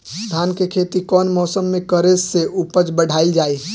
धान के खेती कौन मौसम में करे से उपज बढ़ाईल जाई?